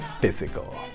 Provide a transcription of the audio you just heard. physical